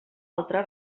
altre